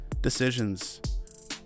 decisions